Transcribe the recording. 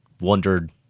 wondered